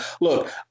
look